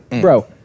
Bro